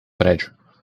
prédio